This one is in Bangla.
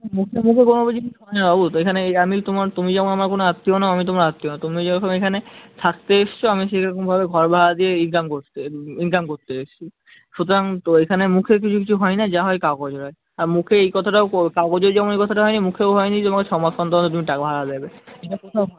মুখে মুখে কোনো জিনিস হয় না বাবু তো এখানে তো আমি তোমার তুমি যেমন আমার কোনো আত্মীয় না আমি তোমার আত্মীয় না তুমি যেরকম এখানে থাকতে এসছো আমি সেরকমভাবে ঘর ভাড়া দিয়ে ইনকাম করতে ইনকাম করতে এসছি সুতরাং তো এইখানে মুখে কিছু কিছু হয় না যা হয় কাগজে হয় আর মুখে এই কথাটাও কো কাগজেও যেমন এই কথাটা হয় নি মুখেও হয় নি যে আমায় ছ মাস অন্তর অন্তর তুমি টাকা ভাড়া দেবে এরম কোথাও হয় না